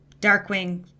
Darkwing